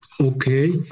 Okay